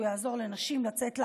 הוא יעזור לנשים לצאת לעבודה,